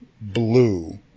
blue